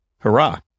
hurrah